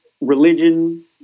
religion